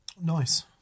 Nice